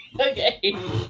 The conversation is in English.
Okay